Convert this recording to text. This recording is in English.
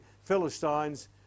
Philistines